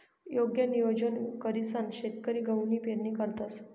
योग्य नियोजन करीसन शेतकरी गहूनी पेरणी करतंस